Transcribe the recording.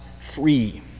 free